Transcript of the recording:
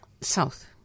South